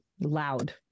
loud